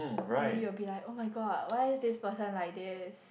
then you'll be like [oh]-my-god why is this person like this